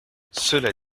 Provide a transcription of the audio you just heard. cela